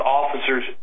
officers